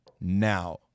now